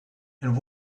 and